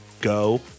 go